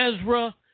Ezra